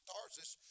Tarsus